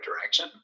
direction